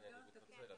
אני מתנצל.